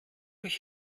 ich